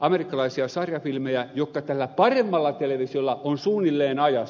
amerikkalaisia sarjafilmejä jotka tällä paremmalla televisiolla ovat suunnilleen ajassa